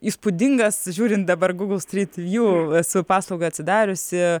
įspūdingas žiūrint dabar google street view esu paslaugą atsidariusi